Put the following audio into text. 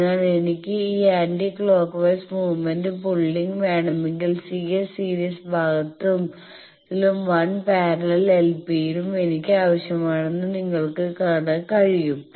അതിനാൽ എനിക്ക് ഈ anticlockwise movement pulling വേണമെങ്കിൽ CS സീരീസ് ഭാഗത്തിലും 1 പാരലൽ LP യും എനിക്ക് ആവശ്യമാണെന്ന് നിങ്ങൾക്ക് കാണാൻ കഴിയും